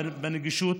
בנגישות.